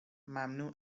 ممنوع